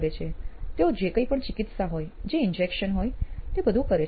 તેઓ જે કંઈ પણ ચિકિત્સા હોય જે ઈન્જેક્શન હોય તે બધું કરે છે